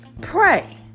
pray